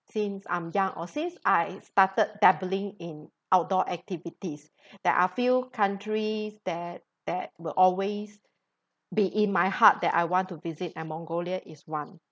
since I'm young or since I started dabbling in outdoor activities there are few countries that that will always be in my heart that I want to visit and mongolia is one